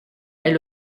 est